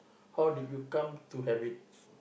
how did you come to have it